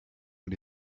but